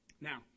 Now